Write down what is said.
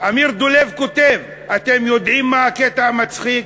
אמיר דולב כותב: אתם יודעים מה הקטע המצחיק?